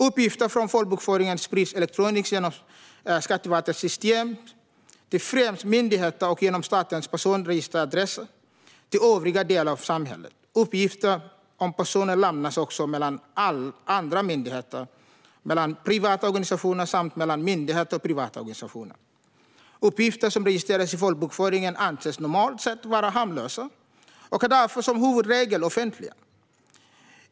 Uppgifter från folkbokföringen sprids elektroniskt genom Skatteverkets system till främst myndigheter och genom Statens personadressregister till övriga delar av samhället. Uppgifter om personer lämnas också mellan andra myndigheter, mellan privata organisationer samt mellan myndigheter och privata organisationer. Uppgifter som registreras i folkbokföringen anses normalt sett vara harmlösa och är därför som huvudregel offentliga.